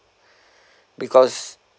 because